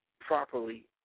properly